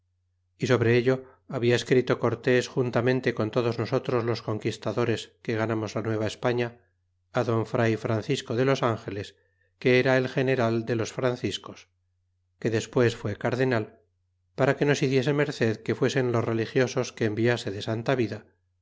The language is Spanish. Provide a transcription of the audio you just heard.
y sobre ello habia escrito cortes j untamente con todos nosotros los conquistadores que ganamos la nueva españa don fray francisco de los angeles que era general de iv los franciscos que despues fué cardenal para que nos hiciese merced que fuesen los religiosos que enviase de santa vida